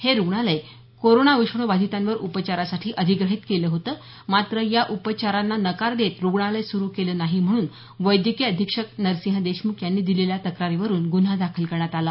हे रुग्णालय कोरोना विषाणू बाधितांवर उपचारांसाठी अधिग्रहित केलं होतं मात्र या उपचारांना नकार देत रुग्णालय सुरू केलं नाही म्हणून वैद्यकीय अधीक्षक नरसिह देशमुख यांनी दिलेल्या तक्रारी वरून गुन्हा दाखल करण्यात आला